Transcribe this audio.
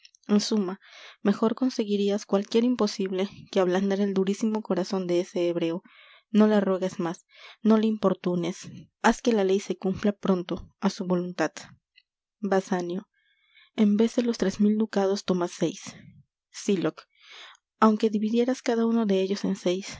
en suma mejor conseguirias cualquier imposible que ablandar el durísimo corazon de ese hebreo no le ruegues más no le importunes haz que la ley se cumpla pronto á su voluntad basanio en vez de los tres mil ducados toma seis sylock aunque dividieras cada uno de ellos